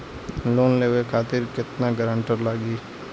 Loan लेवे खातिर केतना ग्रानटर लागी?